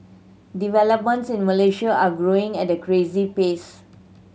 developments in Malaysia are growing at a crazy pace